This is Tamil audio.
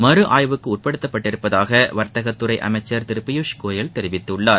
மறு ஆய்வுக்கு உட்படுத்தப்பட்டுள்ளதாக வர்த்தகத்துறை அமைச்சர் திரு பியூஷ் கோயல் தெரிவித்துள்ளார்